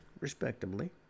respectably